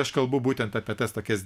aš kalbu būtent apie tas tokias